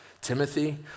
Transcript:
Timothy